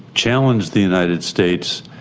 challenged the united states,